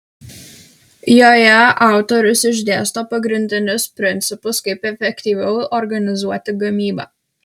joje autorius išdėsto pagrindinius principus kaip efektyviau organizuoti gamybą